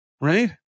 right